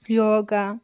yoga